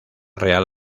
real